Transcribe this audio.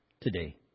today